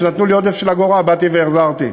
כשנתנו לי עודף של אגורה באתי והחזרתי.